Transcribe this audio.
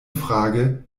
frage